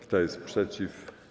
Kto jest przeciw?